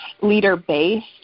leader-based